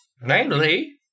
Namely